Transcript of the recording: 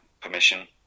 permission